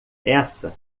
essa